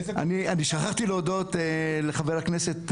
אני שכחתי להודות לחברי הכנסת,